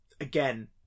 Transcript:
again